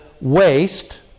waste